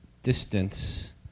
distance